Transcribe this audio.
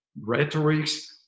rhetorics